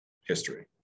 history